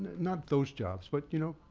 not those jobs, but you know,